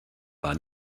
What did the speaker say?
war